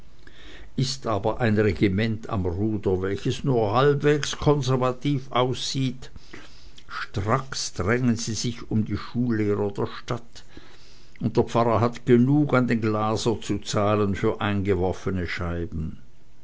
ist aber ein regiment am ruder welches nur halbwegs konservativ aussieht stracks drängen sie sich um die schullehrer der stadt und der pfarrer hat genug an den glaser zu zahlen für eingeworfene scheiben